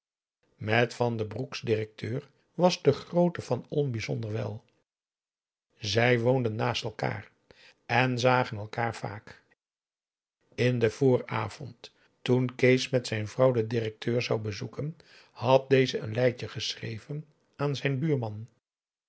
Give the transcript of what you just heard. met van den broek's directeur was de groote van olm bijzonder wèl zij woonden naast elkaar en zagen elkaar vaak in den vooravond toen kees met zijn vrouw den directeur zou bezoeken had deze een leitje geschreven aan zijn buurman